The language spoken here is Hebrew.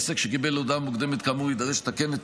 עסק שקיבל הודעה מוקדמת כאמור יידרש לתקן את